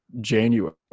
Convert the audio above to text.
january